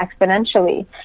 exponentially